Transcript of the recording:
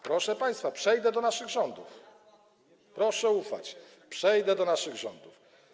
Proszę państwa, przejdę do naszych rządów, proszę ufać, przejdę do naszych rządów.